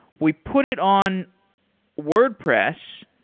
we put it on wordpress.